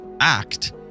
act